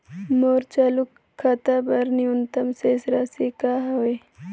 मोर चालू खाता बर न्यूनतम शेष राशि का हवे?